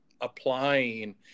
applying